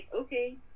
okay